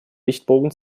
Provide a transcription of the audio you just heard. lichtbogen